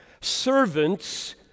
servants